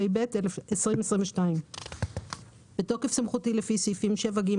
התשפ"ב-2022 בתוקף סמכותי לפי סעיפים 7(ג),